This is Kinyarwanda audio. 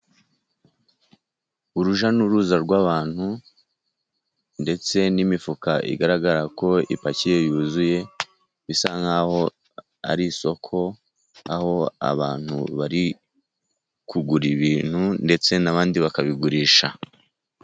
Urujya n'uruza rw'abantu ndetse n'imifuka igaragara ko ipakiye yuzuye, bisa nk'aho ari isoko, aho abantu bari kugura ibintu ndetse n'abandi bakabigurisha.